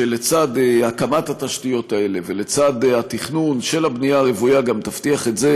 שלצד הקמת התשתיות האלה ולצד התכנון של הבנייה הרוויה גם תבטיח את זה